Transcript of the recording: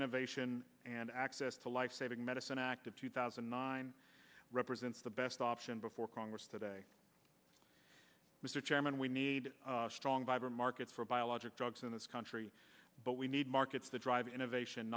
innovation and access to life saving medicine act of two thousand and nine represents the best option before congress today mr chairman we need a strong vibrant market for biologic drugs in this country but we need markets that drive innovation